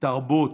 תרבות,